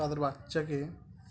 তাদের বাচ্চাকে